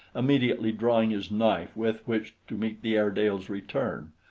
immediately drawing his knife with which to meet the airedale's return.